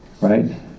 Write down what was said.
Right